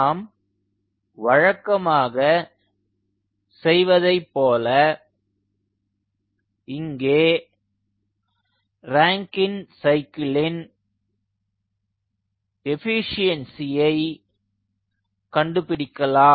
நாம் வழக்கமாக செய்வதைப்போல இங்கே ராங்கின் சைக்கிளின் எஃபீஷியன்ஸியை கண்டுபிடிக்கலாம்